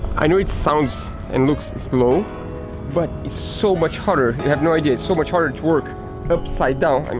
i know it sounds and looks slow but it's so much harder, you have no idea it's so much harder to work upside down and